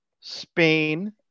Spain